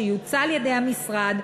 שיוצע על-ידי המשרד,